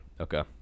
Okay